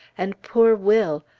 and poor will!